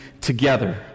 together